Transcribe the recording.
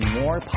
more